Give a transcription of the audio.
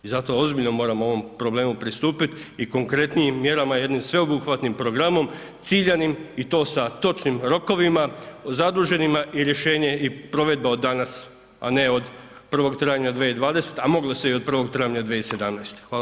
I zato ozbiljno moramo ovom problemu pristupit i konkretnijim mjerama jednim sveobuhvatnijim programom, ciljanim i to sa točnim rokovima zaduženima i rješenjima i provedba od danas a ne od 1. travnja 2020. a moglo se i od 1. travnja 2017.